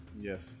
Yes